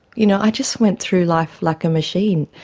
you know i just went through life like a machine.